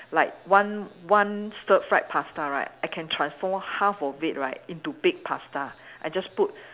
like one one stir fried pasta right I can transform half of it right into baked pasta I just put